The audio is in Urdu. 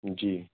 جی